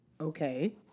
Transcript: okay